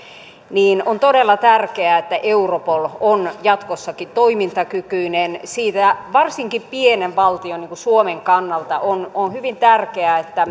niin on todella tärkeää että europol on jatkossakin toimintakykyinen sillä varsinkin pienen valtion niin kuin suomen kannalta on on hyvin tärkeää että